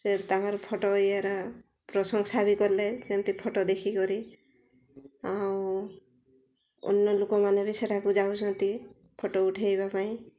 ସେ ତାଙ୍କର ଫଟୋ ଇଏର ପ୍ରଶଂସା ବି କଲେ ସେମିତି ଫଟୋ ଦେଖିକରି ଆଉ ଅନ୍ୟ ଲୋକମାନେ ବି ସେଠାକୁ ଯାଉଛନ୍ତି ଫଟୋ ଉଠାଇବା ପାଇଁ